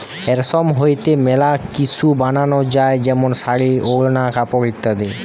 রেশম হইতে মেলা কিসু বানানো যায় যেমন শাড়ী, ওড়না, কাপড় ইত্যাদি